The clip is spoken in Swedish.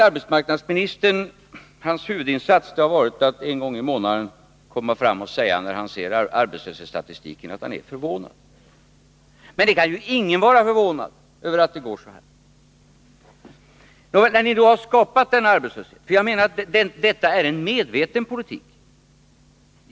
Arbetsmarknadsministerns huvudinsats har varit att en gång i månaden — när han sett arbetslöshetsstatistiken — komma fram och säga att han är förvånad. Men ingen kan vara förvånad över att det går så här. Jag menar att ni har skapat denna arbetslöshet, att det är fråga om en medveten politik.